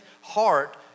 heart